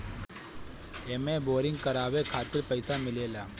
एमे बोरिंग करावे खातिर पईसा मिलेला